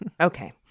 Okay